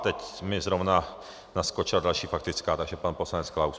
Teď mi zrovna naskočila další faktická, takže pan poslanec Klaus.